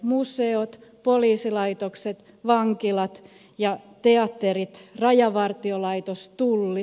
museot poliisilaitokset vankilat ja teatterit rajavartiolaitos tulli